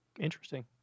Interesting